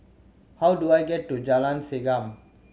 how do I get to Jalan Segam